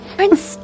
Prince